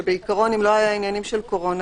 שאם לא היו ענייני קורונה,